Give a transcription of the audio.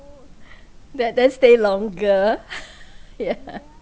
then then stay longer yeah